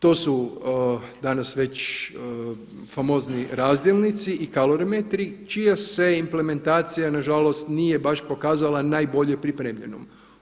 To su danas već famozni razdjelnici i kalorimetri čija se implementacija na žalost nije baš pokazala najbolje pripremljenom.